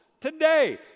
today